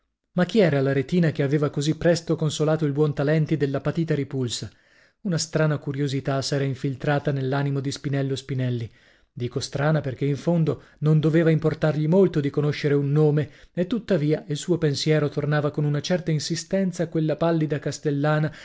ma chi era l'aretina che aveva così presto consolato il buontalenti della patita ripulsa una strana curiosità s'era infiltrata nell'animo di spinello spinelli dico strana perchè in fondo non doveva importargli molto di conoscere un nome e tuttavia il suo pensiero tornava con una certa insistenza a quella pallida castellana